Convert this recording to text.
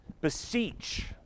beseech